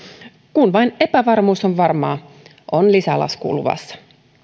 kun vain epävarmuus on varmaa on lisälasku luvassa